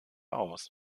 aus